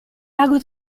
lago